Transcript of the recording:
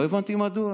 לא הבנתי מדוע.